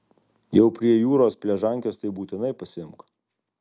jau prie jūros pležankes tai būtinai pasiimk